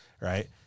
Right